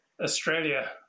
Australia